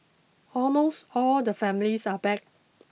almost all the families are back